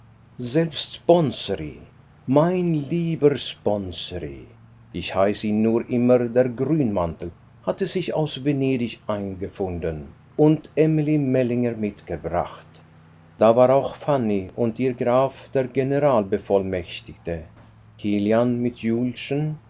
selbst sponseri mein lieber sponseri ich hieß ihn nur immer den grünmantel hatte sich aus venedig eingefunden und emilie mellinger mitgebracht da war auch fanny und ihr graf der generalbevollmächtigte kilian mit julchen